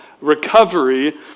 recovery